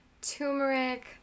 turmeric